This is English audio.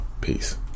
Peace